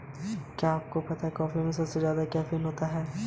Bhim application को किस संस्था ने विकसित किया है?